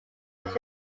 was